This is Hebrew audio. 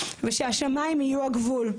והשמיים יהיו הגבול.